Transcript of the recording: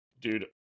dude